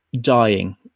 dying